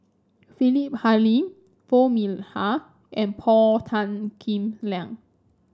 Philip Hoalim Foo Mee Har and Paul Tan Kim Liang